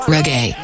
Reggae